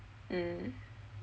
mm